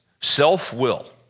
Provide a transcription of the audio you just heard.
Self-will